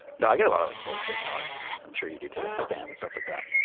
no, i get a lot of like bullshit mail as, i'm sure you do, too. spam and stuff like that.